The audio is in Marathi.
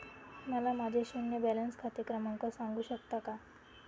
मला माझे शून्य बॅलन्स खाते क्रमांक सांगू शकता का?